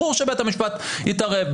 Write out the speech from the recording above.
ברור שבית המשפט יתערב.